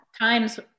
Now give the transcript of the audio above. times